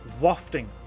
wafting